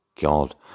God